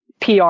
pr